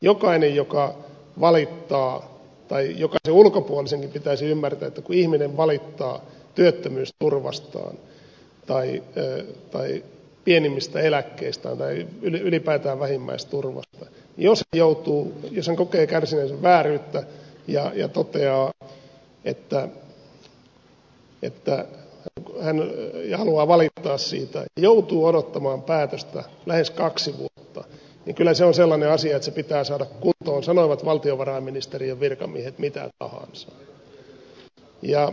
jokaisen joka valittaa tai jokaisen ulkopuolisenkin pitäisi ymmärtää että kun ihminen valittaa työttömyysturvastaan tai pienimmistä eläkkeistä tai ylipäätään vähimmäisturvasta niin jos hän kokee kärsineensä vääryyttä haluaa valittaa siitä ja joutuu odottamaan päätöstä lähes kaksi vuotta niin kyllä se on sellainen asia että se pitää saada kuntoon sanoivat valtiovarainministeriön virkamiehet mitä tahansa